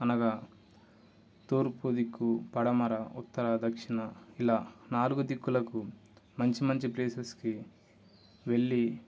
అనగా తూర్పు దిక్కు పడమర ఉత్తర దక్షిణ ఇలా నాలుగు దిక్కులకు మంచి మంచి ప్లేసెస్కి వెళ్ళి